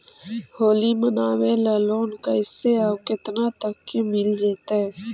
होली मनाबे ल लोन कैसे औ केतना तक के मिल जैतै?